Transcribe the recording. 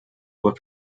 were